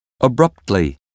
abruptly